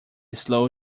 slow